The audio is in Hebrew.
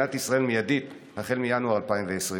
במדינת ישראל מיידית החל מינואר 2020?